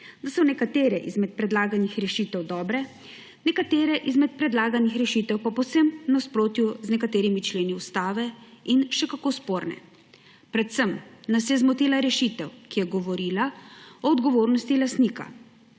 da so nekatere izmed predlaganih rešitev dobre, nekatere izmed predlaganih rešitev pa povsem v nasprotju z nekaterimi členi Ustave in še kako sporne. Predvsem nas je zmotila rešitev, ki je govorila o odgovornosti lastnika.